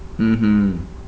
mmhmm